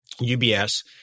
UBS